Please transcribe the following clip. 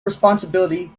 responsibility